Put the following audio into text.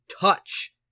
touch